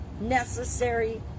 necessary